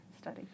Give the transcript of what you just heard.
study